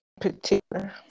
particular